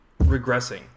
regressing